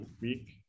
week